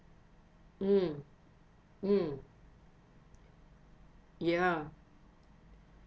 mm mm ya